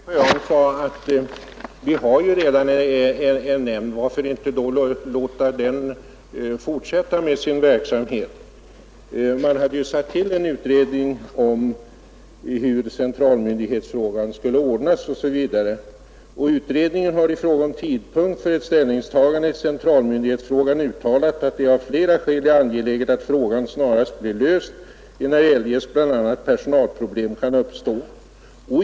Herr talman! Herr Sjöholm sade att vi redan har en nämnd — varför då inte låta den fortsätta med sin verksamhet? Man hade ju tillsatt en utredning om hur centralmyndighetsfrågan skulle ordnas osv., och utredningen har beträffande tidpunkten för ett ställningstagande i detta avseende uttalat, att det av flera skäl är angeläget att frågan snarast blir löst, enär eljest bl.a. personalproblem kan uppstå.